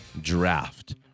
draft